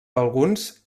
alguns